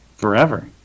Forever